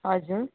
हजुर